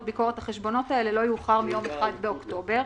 ביקורת החשבונות האלה לא יאוחר מיום 1 באוקטובר